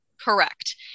Correct